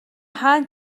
хаана